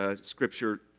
scripture